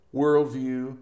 worldview